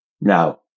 now